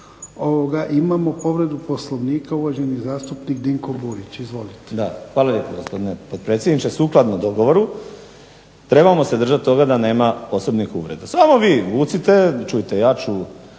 imamo povredu Poslovnika. Uvaženi zastupnik Dinko Burić, izvolite. **Burić, Dinko (HDSSB)** Hvala lijepo, gospodine potpredsjedniče. Sukladno dogovoru trebamo se držati toga da nema osobnih uvreda. Samo vi vucite, čujte ja